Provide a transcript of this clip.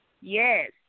Yes